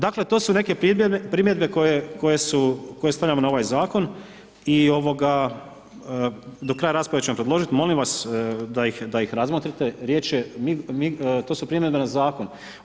Dakle, to su neke primjedbe koje stavljamo na ovaj zakon i do kraja rasprave ćemo predložiti, molim vas da ih razmotriti, riječ je, to su primjedbe na zakon.